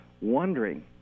wondering